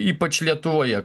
ypač lietuvoje